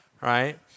right